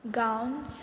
Gawas